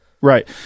Right